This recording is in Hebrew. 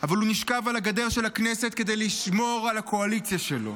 אבל הוא נשכב על הגדר של הכנסת כדי לשמור על הקואליציה שלו.